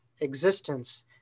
existence